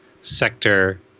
sector